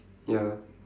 ya